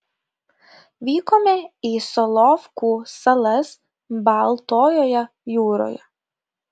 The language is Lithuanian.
vykome į solovkų salas baltojoje jūroje